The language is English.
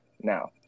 now